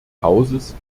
hauses